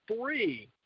three